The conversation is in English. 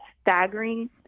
staggering